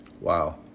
wow